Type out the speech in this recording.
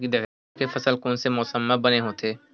गन्ना के फसल कोन से मौसम म बने होथे?